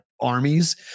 armies